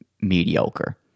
mediocre